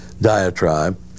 diatribe